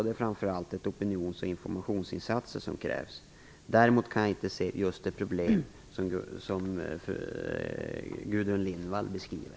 Det är framför allt opinions och informationsinsatser som krävs. Däremot kan jag inte se just det problem som Gudrun Lindvall beskriver.